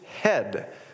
head